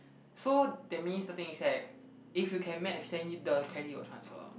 so that means the thing is that if you can match then the carrier will transfer